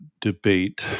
debate